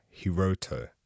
Hiroto